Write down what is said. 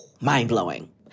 Mind-blowing